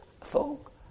Folk